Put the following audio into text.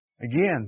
again